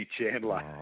Chandler